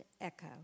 echo